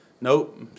nope